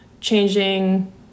changing